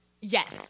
Yes